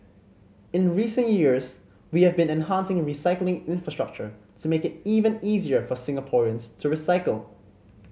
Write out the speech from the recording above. in recent years we have been enhancing recycling infrastructure to make it even easier for Singaporeans to recycle